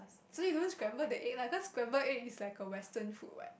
so you don't scramble the egg lah cause scramble egg is like a Western food what